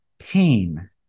Pain